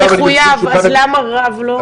אז למה רב לא?